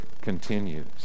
continues